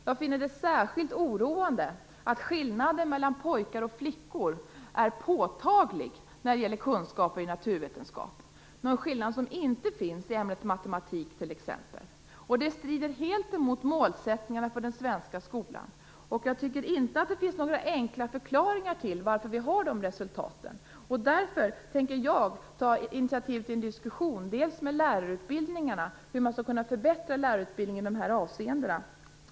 Jag finner det särskilt oroande att skillnaden mellan pojkar och flickor är påtaglig när det gäller kunskaper i naturvetenskap. Det är en skillnad som t.ex. inte finns i ämnet matematik. Det strider helt mot målsättningarna för den svenska skolan. Det finns inte några enkla förklaringar till varför vi har de resultaten. Jag tänker därför ta initiativ till en diskussion med de ansvariga för lärarutbildningarna om hur man skall kunna förbättra lärarutbildningarna i dessa avseenden.